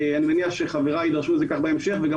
אני מניח שחבריי יידרשו לזה בהמשך וגם